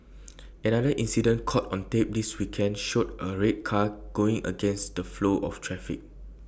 another incident caught on tape this weekend showed A red car going against the flow of traffic